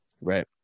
Right